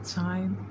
time